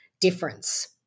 difference